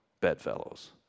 bedfellows